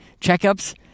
checkups